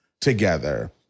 together